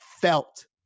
felt